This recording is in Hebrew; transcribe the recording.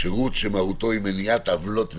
"שירות שמהותו היא מניעת עוולות ותיקונן."